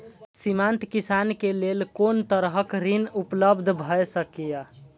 सीमांत किसान के लेल कोन तरहक ऋण उपलब्ध भ सकेया?